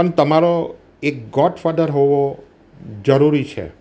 પણ તમારો એક ગોડફાધર હોવો જરૂરી છે